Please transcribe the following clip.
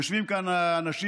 יושבים כאן אנשים,